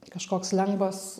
kažkoks lengvas